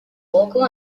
local